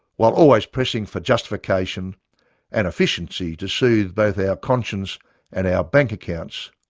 while always pressing for justification and efficiency to sooth both our conscience and our bank accounts,